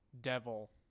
devil